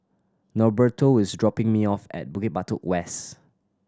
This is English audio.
Norberto is dropping me off at Bukit Batok West